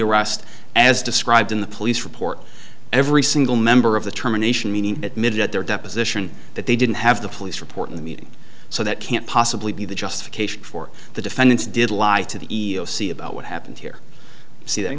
arrest as described in the police report every single member of the terminations meaning that made it their deposition that they didn't have the police report in the meeting so that can't possibly be the justification for the defendants did lie to the sea about what happened here see